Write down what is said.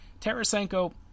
Tarasenko